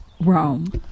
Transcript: Rome